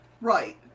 Right